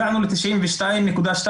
הגענו ל-92.2.